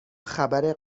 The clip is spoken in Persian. خبر